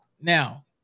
Now